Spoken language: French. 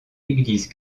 église